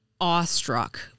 awestruck